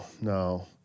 no